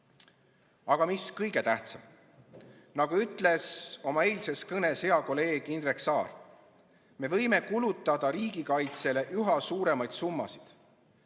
Aga mis on kõige tähtsam? Nagu ütles oma eilses kõnes hea kolleeg Indrek Saar: me võime kulutada riigikaitsele üha suuremaid summasid,